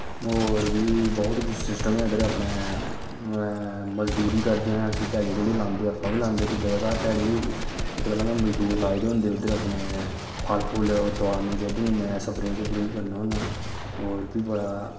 होर बी बहुत सिस्टम ऐ इद्धर अपने मजदूरी करदे आं अस ते ध्याड़ी धूड़ी लान्ने आं अस बी लान्ने कुसै दे घर घ्याड़ी इस गल्ला मजदूर लाए दे होंदे उद्धर अपने फल फुल तोआरने जंदू में स्प्रे स्प्रू बी करना होन्ना होर बी बड़ा